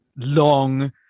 long